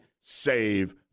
save